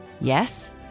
Yes